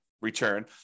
return